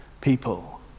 people